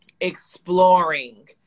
exploring